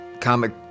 comic